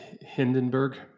Hindenburg